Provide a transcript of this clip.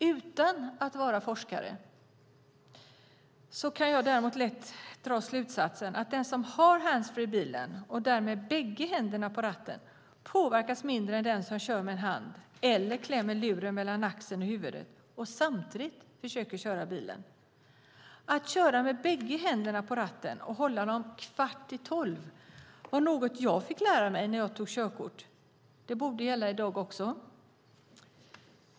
Utan att vara forskare kan jag däremot lätt dra slutsatsen att den som har handsfree i bilen och därmed bägge händerna på ratten påverkas mindre än den som kör med en hand eller klämmer luren mellan axeln och huvudet och samtidigt försöker köra bilen. Att köra med bägge händerna på ratten och hålla dem "kvart i två" var något jag fick lära mig när jag tog körkort. Det borde gälla i dag också.